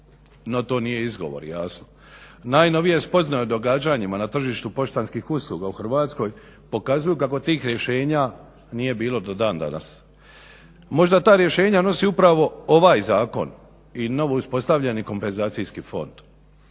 No, to nije izgovor jasno. Najnovije spoznaje o događanjima na tržištu poštanskih usluga u Hrvatskoj pokazuju kako tih rješenja nije bilo do dan danas. Možda ta rješenja donosi upravo ovaj zakon i novo uspostavljeni kompenzacijski fond.